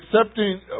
accepting